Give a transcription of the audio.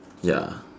ya